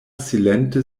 silente